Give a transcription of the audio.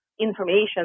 information